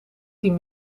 tien